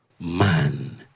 man